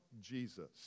Jesus